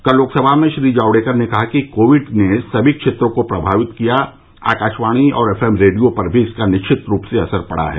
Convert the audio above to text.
कल लोकसभा में श्री जावड़ेकर ने कहा कि कोविड ने समी क्षेत्रों को प्रभावित किया है आकाशवाणी और एफएम रेडियो पर भी इसका निश्चित रूप से असर पड़ा है